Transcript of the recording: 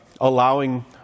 allowing